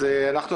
אני